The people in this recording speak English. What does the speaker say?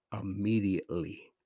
immediately